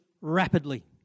rapidly